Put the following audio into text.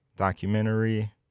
documentary